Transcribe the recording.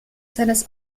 seines